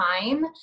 time